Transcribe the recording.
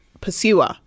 Pursuer